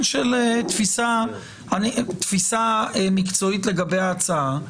זה עניין של תפיסה מקצועית לגבי ההצעה.